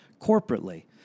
corporately